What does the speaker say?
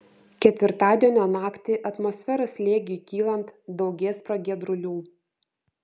ketvirtadienio naktį atmosferos slėgiui kylant daugės pragiedrulių